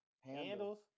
Handles